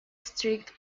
streaked